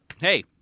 hey